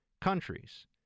countries